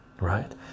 right